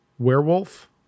Werewolf